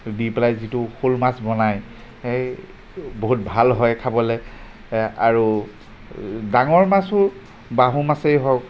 দি পেলাই যিটো শ'ল মাছ বনাই সেই বহুত ভাল হয় খাবলৈ আৰু ডাঙৰ মাছো বাহু মাছেই হওক